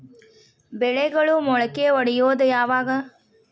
ಬೆಳೆಗಳು ಮೊಳಕೆ ಒಡಿಯೋದ್ ಯಾವಾಗ್?